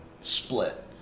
Split